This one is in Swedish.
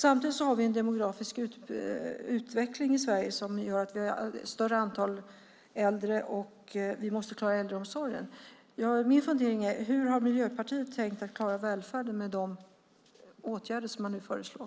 Samtidigt har vi en demografisk utveckling i Sverige som gör att vi har ett större antal äldre, och vi måste klara äldreomsorgen. Min fundering är: Hur har Miljöpartiet tänkt klara välfärden med de åtgärder man nu föreslår?